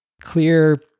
clear